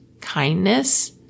kindness